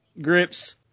grips